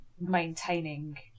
maintaining